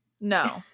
no